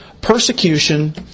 persecution